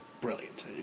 brilliant